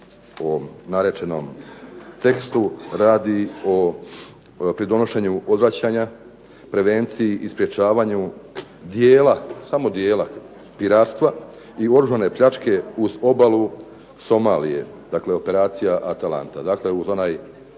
narečenom tekstu radi o pridonošenju odvraćanja, prevenciji i sprečavanju dijela, samo dijela piratstva i oružane pljačke uz obalu Somalije. Dakle operacija Atalanta,